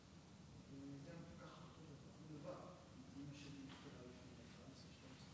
והתוצאות בה היו בדיוק כמו עכשיו,